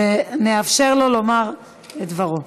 ונאפשר לו לומר את דברו.